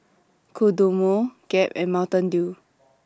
Kodomo Gap and Mountain Dew